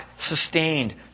sustained